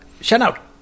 Shout-out